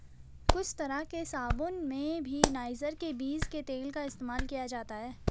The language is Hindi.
कुछ तरह के साबून में भी नाइजर के बीज के तेल का इस्तेमाल किया जाता है